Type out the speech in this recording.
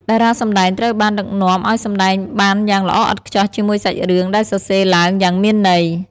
តារាសម្តែងត្រូវបានដឹកនាំឱ្យសម្ដែងបានយ៉ាងល្អឥតខ្ចោះជាមួយសាច់រឿងដែលសរសេរឡើងយ៉ាងមានន័យ។